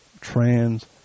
trans